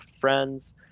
friends